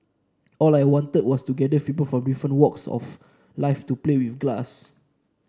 all I wanted was to gather people from different walks of life to play with glass